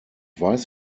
weiß